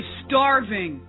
starving